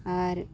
ᱟᱨ